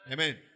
Amen